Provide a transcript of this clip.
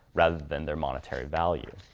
rather than their monetary value.